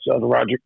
Roger